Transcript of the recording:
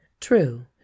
true